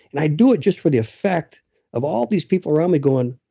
and i do it just for the effect of all these people around me going,